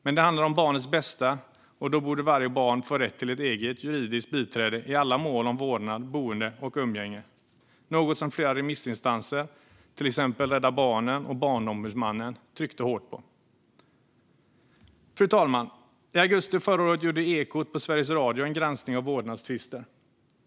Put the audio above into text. Men det handlar om barnets bästa, och då borde varje barn få rätt till ett eget juridiskt biträde i alla mål om vårdnad, boende och umgänge. Det är något som flera remissinstanser, till exempel Rädda Barnen och Barnombudsmannen, har tryckt hårt på. Fru talman! I augusti förra året gjorde Ekot på Sveriges Radio en granskning av vårdnadstvister.